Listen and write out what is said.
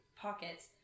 pockets